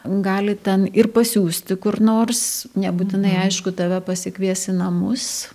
gali ten ir pasiųsti kur nors nebūtinai aišku tave pasikvies į namus